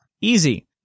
easy